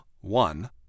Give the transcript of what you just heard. one